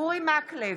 אורי מקלב,